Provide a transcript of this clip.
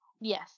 yes